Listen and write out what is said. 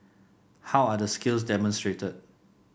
how are the skills demonstrated